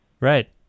Right